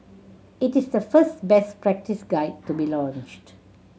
it is the first best practice guide to be launched